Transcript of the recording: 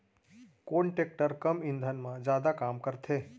कोन टेकटर कम ईंधन मा जादा काम करथे?